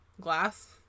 glass